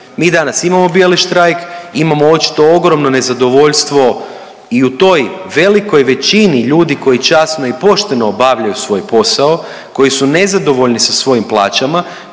Mi danas imamo bijeli štrajk, imamo očito ogromno nezadovoljstvo i u toj velikoj većini ljudi koji časno i pošteno obavljaju svoj posao, koji su nezadovoljni sa svojim plaćama,